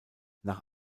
nach